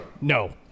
no